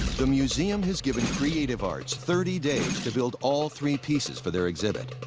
the museum has given creative arts thirty days to build all three pieces for their exhibit.